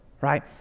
right